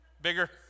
bigger